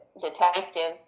detectives